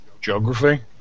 Geography